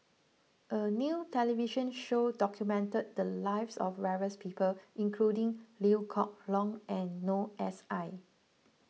a new television show documented the lives of various people including Liew Geok Leong and Noor S I